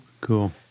cool